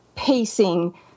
pacing